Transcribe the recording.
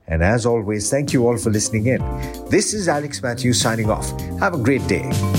And as always, thank you all for listening in. This is Alex Matthews signing off. Have a great day.